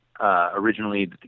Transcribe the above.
originally